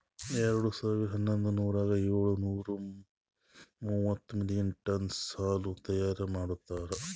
ಎರಡು ಸಾವಿರಾ ಹನ್ನೊಂದರಾಗ ಏಳು ನೂರಾ ಮೂವತ್ತು ಮಿಲಿಯನ್ ಟನ್ನ್ಸ್ ಹಾಲು ತೈಯಾರ್ ಮಾಡ್ಯಾರ್